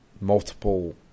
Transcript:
multiple